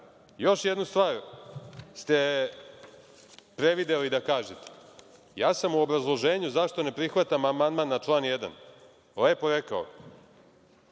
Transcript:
itd. Još jednu stvar ste prevideli da kažete. Ja sam u obrazloženju zašto ne prihvatam amandman na član 1. lepo rekao